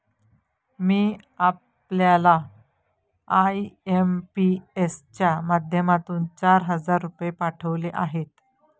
मी आपल्याला आय.एम.पी.एस च्या माध्यमातून चार हजार रुपये पाठवले आहेत